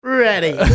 Ready